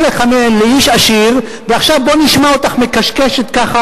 נחקק החוק הוא תוקן כמה